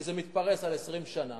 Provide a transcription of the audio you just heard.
כי זה מתפרס על 20 שנה.